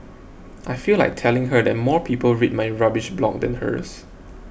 I feel like telling her that more people read my rubbish blog than hers